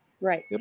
Right